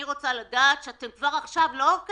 אני רוצה לדעת שאתם כבר עכשיו מדברים על זה,